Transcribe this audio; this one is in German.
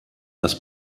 das